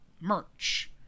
merch